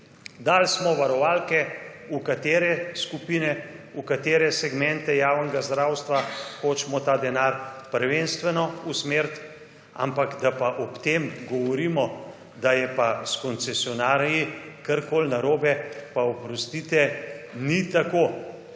Dali smo varovalke v katere skupine, v katere segmente javnega zdravstva hočemo ta denar prvenstveno usmeriti, ampak, da pa ob tem govorimo, da je pa s koncesionarji karkoli narobe, pa oprostite, ni tako.